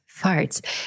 farts